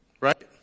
right